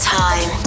time